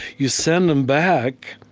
you send them back,